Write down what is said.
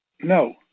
No